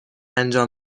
انجام